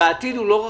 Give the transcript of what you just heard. והעתיד הוא לא רחוק,